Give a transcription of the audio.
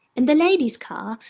in the ladies' car,